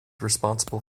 responsible